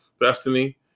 Destiny